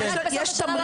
מענק בסוף השנה,